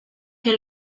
que